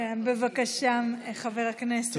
בבקשה, חבר הכנסת לוי.